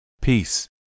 Peace